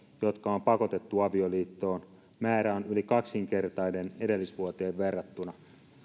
jotka on pakotettu avioliittoon määrä on yli kaksinkertainen edellisvuoteen verrattuna